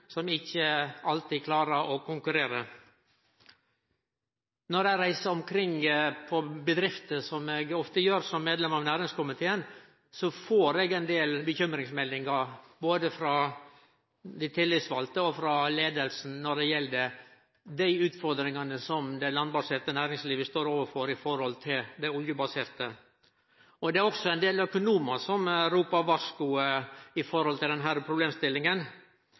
som ikkje alltid klarar å konkurrere. Når eg reiser omkring til bedrifter, noko eg ofte gjer som medlem av næringskomiteen, får eg ein del meldingar som gjev grunn til uro, både frå dei tillitsvalde og frå leiinga, om dei utfordringane som det landbaserte næringslivet står overfor i forhold til den oljebaserte. Det er òg ein del økonomar som ropar varsku om denne problemstillinga,